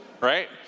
right